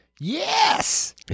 Yes